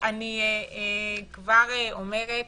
אני כבר אומרת,